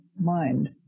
mind